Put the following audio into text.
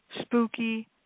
spooky